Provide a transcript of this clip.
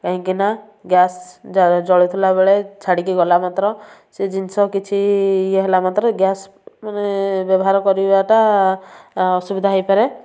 କାହିଁକିନା ଗ୍ୟାସ୍ ଜଳୁଥିଲା ବେଳେ ଛାଡ଼ିକି ଗଲା ମାତ୍ର ସେ ଜିନଷ କିଛି ଇଏ ହେଲା ମାତ୍ର ଗ୍ୟାସ୍ ମାନେ ବ୍ୟବହାର କରିବାଟା ଅସୁବିଧା ହେଇପାରେ